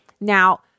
Now